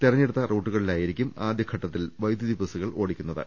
തെരഞ്ഞെടുത്ത റൂട്ടു കളിലായിരിക്കും ആദ്യഘട്ടത്തിൽ വൈദ്യുതി ബസുകൾ ഓടിക്കു ന്നത്